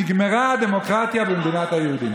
נגמרה הדמוקרטיה במדינת היהודים.